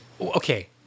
Okay